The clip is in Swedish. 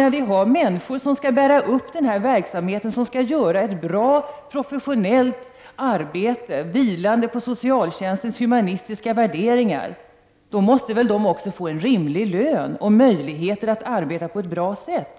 När vi har människor som skall bära upp denna verksamhet och som skall göra ett bra, professionellt arbete vilande på socialtjänstens humanistiska värderingar, måste de väl också få en rimlig lön och möjligheter att arbeta på ett bra sätt?